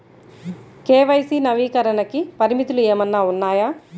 KYC నవీకరణకి పరిమితులు ఏమన్నా ఉన్నాయా?